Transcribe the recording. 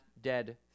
dead